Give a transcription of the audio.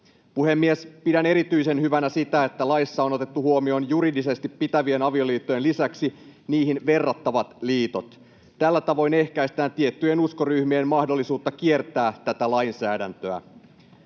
Puhemies! Pidän erityisen hyvänä sitä, että laissa on otettu huomioon juridisesti pitävien avioliittojen lisäksi niihin verrattavat liitot. Tällä tavoin ehkäistään tiettyjen uskonryhmien mahdollisuutta kiertää tätä lainsäädäntöä.